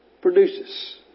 Produces